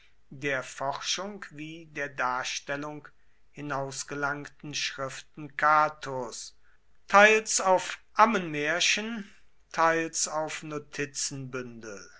der forschung wie der darstellung hinausgelangten schriften catos teils auf ammenmärchen teils auf